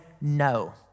no